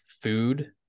food